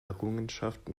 errungenschaft